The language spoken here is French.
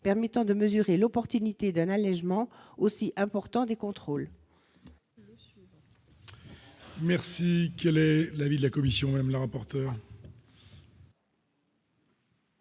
permettant de mesurer l'opportunité d'un allégement aussi important des contrôles. Merci, quel est l'avis de la commission, même la rapporteur.